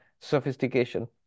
sophistication